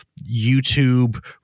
YouTube